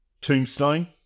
tombstone